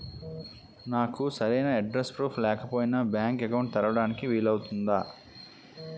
నాకు సరైన address proof లేకపోయినా బ్యాంక్ అకౌంట్ తెరవడానికి వీలవుతుందా?